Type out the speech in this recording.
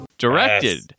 Directed